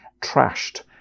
trashed